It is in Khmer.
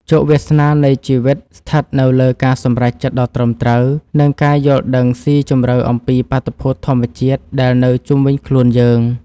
ជោគវាសនានៃជីវិតស្ថិតនៅលើការសម្រេចចិត្តដ៏ត្រឹមត្រូវ និងការយល់ដឹងស៊ីជម្រៅអំពីបាតុភូតធម្មជាតិដែលនៅជុំវិញខ្លួនយើង។